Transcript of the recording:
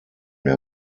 der